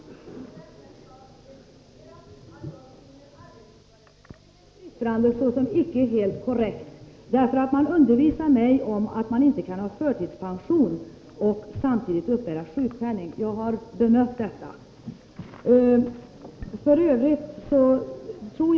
Herr talman! På detta vill jag replikera att jag finner Arbetsgivareföreningens yttrande icke vara helt korrekt. I detta lämnar man nämligen den upplysningen att det inte är möjligt att samtidigt ha sjukpension och uppbära sjukpenning. Jag har redan bemött detta påstående.